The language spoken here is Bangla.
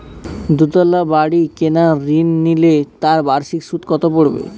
দুতলা বাড়ী কেনার ঋণ নিলে তার বার্ষিক সুদ কত পড়বে?